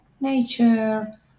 nature